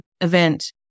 event